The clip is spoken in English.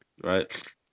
right